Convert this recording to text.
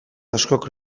askok